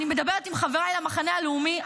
אני מדברת עם חבריי למחנה הלאומי,